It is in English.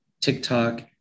TikTok